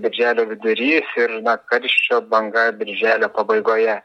birželio vidurys ir karščio banga birželio pabaigoje